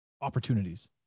opportunities